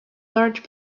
large